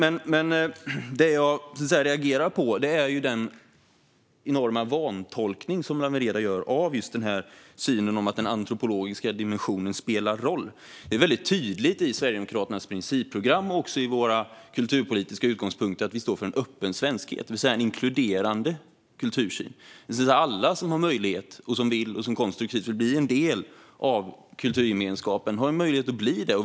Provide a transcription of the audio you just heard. Det jag reagerar på är den enorma vantolkning som Lawen Redar gör av synen att den antropologiska dimensionen spelar roll. Det är väldigt tydligt i Sverigedemokraternas principprogram och också i våra kulturpolitiska utgångspunkter att vi står för en öppen svenskhet, det vill säga en inkluderande kultursyn. Alla som har möjlighet och som konstruktivt vill bli en del av kulturgemenskapen har möjlighet att bli det.